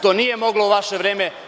To nije moglo u vaše vreme.